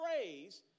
phrase